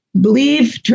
Believe